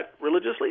religiously